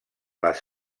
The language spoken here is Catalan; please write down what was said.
les